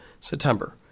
September